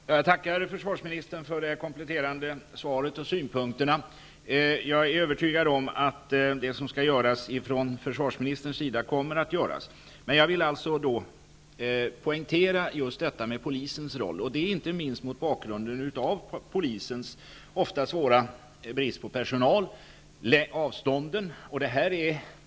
Fru talman! Jag tackar försvarsministern för det kompletterande svaret och synpunkterna. Jag är övertygad om att det som skall göras ifrån försvarsministerns sida kommer att göras. Jag vill emellertid poängtera just polisens roll, inte minst mot bakgrund av polisens ofta svåra brist på personal och avstånden.